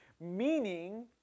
meaning